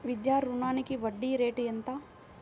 విద్యా రుణానికి వడ్డీ రేటు ఎంత?